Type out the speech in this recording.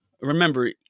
Remember